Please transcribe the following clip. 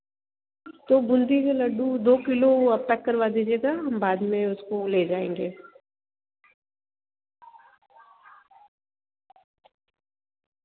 तो बूंदी के लड्डू दो किलो पैक करवा दीजिएगा हम बाद में उसको ले जाएँगे